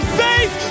faith